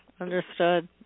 understood